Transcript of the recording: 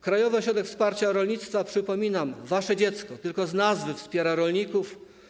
Krajowy Ośrodek Wsparcia Rolnictwa, przypominam, że to wasze dziecko, tylko z nazwy wspiera rolników.